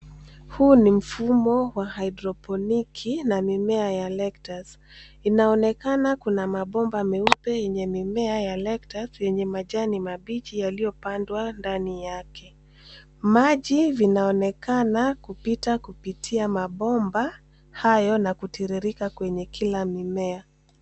Huu ni mfumo wa hydroponiki na mimea ya lectus . Inaonekana kuna mabomba meupe yenye mimea ya lectus yenye majani mabichi yaliyopandwa ndani yake. Maji vinaonekana kupita kupitia mabomba hayo na kutiririka kwenye kila mimea.